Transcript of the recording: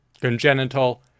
congenital